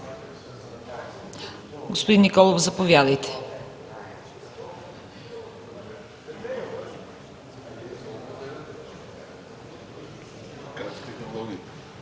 Господин Николов, заповядайте.